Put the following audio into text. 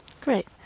Great